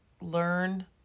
learn